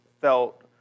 felt